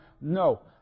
no